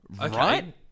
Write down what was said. Right